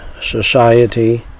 Society